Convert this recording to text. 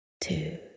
Two